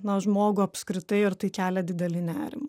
na žmogų apskritai ir tai kelia didelį nerimą